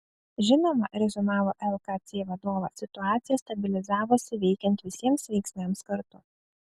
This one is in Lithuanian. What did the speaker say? žinoma reziumavo lkc vadovas situacija stabilizavosi veikiant visiems veiksniams kartu